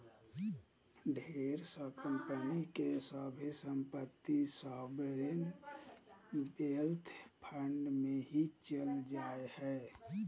ढेर सा कम्पनी के सभे सम्पत्ति सॉवरेन वेल्थ फंड मे ही चल जा हय